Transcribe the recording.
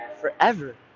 forever